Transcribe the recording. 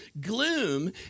gloom